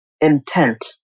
intent